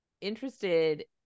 interested